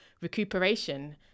recuperation